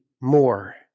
more